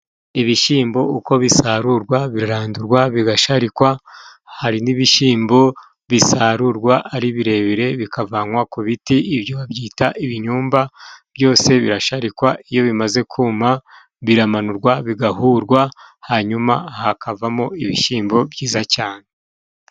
Ibishyimbo uko bisarurwa, birarandurwa bigasharikwa, hari n'ibishyimbo bisarurwa ari birebire bikavanwa ku biti ibyo babyita ibinyumba, byose birasharikwa iyo bimaze kuma, biramanurwa bigahurwa hanyuma hakavamo ibishyimbo byiza cyane.